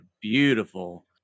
beautiful